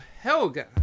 Helga